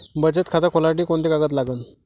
बचत खात खोलासाठी कोंते कागद लागन?